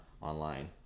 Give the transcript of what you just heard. online